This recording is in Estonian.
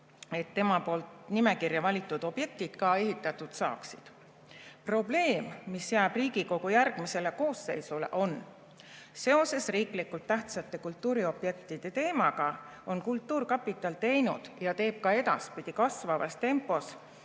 nimel, et nimekirja valitud objektid ka ehitatud saaksid. Probleem, mis jääb Riigikogu järgmisele koosseisule, on see, et seoses riiklikult tähtsate kultuuriobjektide teemaga on kultuurkapital teinud ja teeb ka edaspidi kasvavas tempos